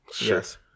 Yes